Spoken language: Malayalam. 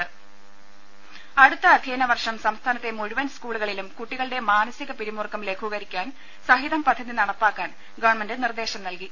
രുട്ട്ട്ട്ട്ട്ട്ട്ട്ട അടുത്ത അധ്യയനവർഷം സംസ്ഥാനത്തെ മുഴുവൻ സ്കൂളുകളിലും കുട്ടികളുടെ മാനസിക പിരിമുറുക്കം ലഘൂകരിക്കാൻ സ്ഥിതം പദ്ധതി നട പ്പാക്കാൻ ഗവൺമെന്റ് നിർദ്ദേശം നൽകി